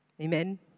Amen